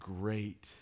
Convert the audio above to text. great